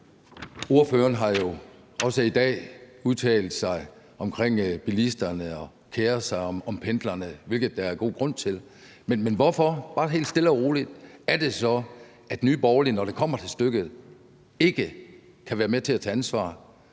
ordføreren har jo også i dag udtalt sig om bilisterne og keret sig om pendlerne, hvilket der er god grund til. Men kan ordføreren bare helt stille og roligt forklare: Hvorfor er det så, at Nye Borgerlige, når det kommer til stykket, ikke kan være med til at tage ansvar